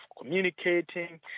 communicating